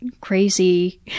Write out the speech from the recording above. crazy